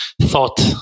thought